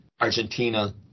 Argentina